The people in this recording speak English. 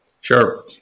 Sure